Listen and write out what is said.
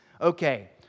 Okay